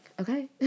okay